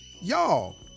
Y'all